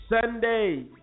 Sunday